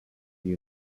the